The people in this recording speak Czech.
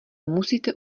musíte